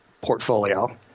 portfolio